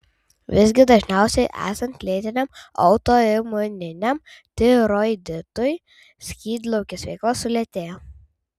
visgi dažniausiai esant lėtiniam autoimuniniam tiroiditui skydliaukės veikla sulėtėja